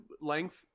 length